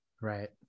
right